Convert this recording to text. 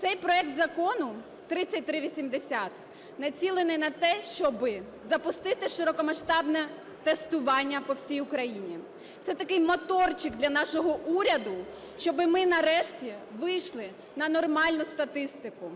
Цей проект закону (3380) націлений на те, щоби запустити широкомасштабне тестування по всій Україні. Це такий моторчик для нашого уряду, щоби ми нарешті вийшли на нормальну статистику.